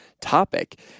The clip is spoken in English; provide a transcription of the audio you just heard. topic